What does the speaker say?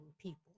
people